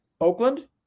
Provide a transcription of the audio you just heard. Oakland